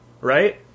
right